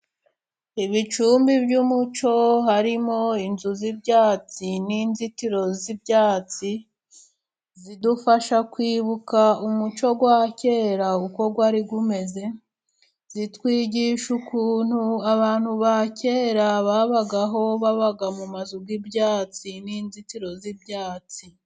Ibicumbi by'umuco harimo inzu z'ibyatsi n'inzitiro z'ibyatsi bidufasha kwibuka umuco wa kera uko wari umeze. Zitwigisha ukuntu abantu ba kera babagaho, baba mu mazu y'ibyatsi n'inzitiro z'ibyatsi.